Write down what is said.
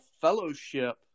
fellowship